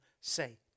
say